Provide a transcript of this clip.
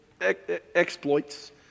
exploits